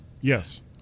Yes